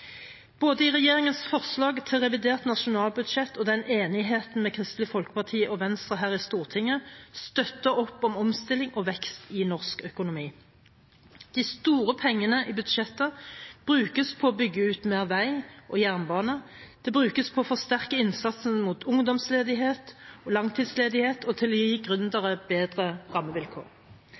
Både regjeringens forslag til revidert nasjonalbudsjett og enigheten med Kristelig Folkeparti og Venstre her i Stortinget, støtter opp om omstilling og vekst i norsk økonomi. De store pengene i budsjettet brukes på å bygge ut mer vei og jernbane, de brukes på å forsterke innsatsen mot ungdomsledighet og langtidsledighet og på å gi gründere bedre rammevilkår.